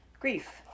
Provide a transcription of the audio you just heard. grief